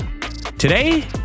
Today